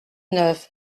neuf